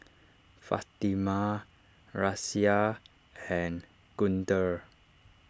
Fatimah Raisya and Guntur